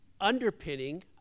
underpinning